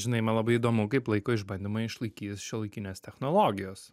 žinai man labai įdomu kaip laiko išbandymą išlaikys šiuolaikinės technologijos